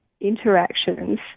interactions